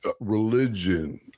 religion